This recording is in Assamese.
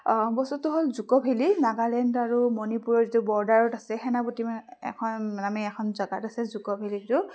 বস্তুটো হ'ল জুকো ভেলি নাগালেণ্ড আৰু মণিপুৰৰ যিটো বৰ্ডাৰত আছে সেনাপতি মানে এখন আমি এখন জেগাত আছে জুকো ভেলিটো